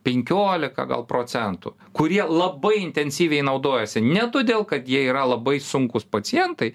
penkiolika gal procentų kurie labai intensyviai naudojasi ne todėl kad jie yra labai sunkūs pacientai